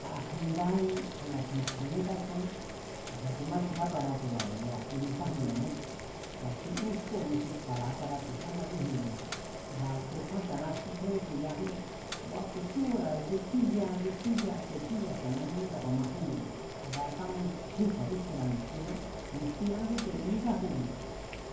A jendání, a na̱xíntsji̱e̱ní takjiaán, a ya̱ timáchjen áparato̱ba̱ne̱ a kui mitjamioo̱ané. Ku̱a̱kji íén nchjóo̱nu xi kju̱a̱ra̱ aprato̱ xi ámatsíjienbi̱ne̱ nga kukjúán xta̱na xí kjé bétsu̱yajín, kua̱ kju̱e̱chú ora̱ kuetsúya, kuetsúya xta̱nané míta ku̱a̱majínnine̱ a̱ta kámankjín kju̱a̱bíntsjienra̱ ni̱xtiná, ni̱xtiná kíte̱ i̱í sájubi̱,